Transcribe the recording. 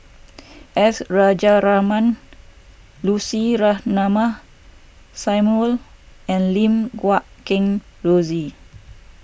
S Rajaratnam Lucy Ratnammah Samuel and Lim Guat Kheng Rosie